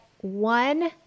one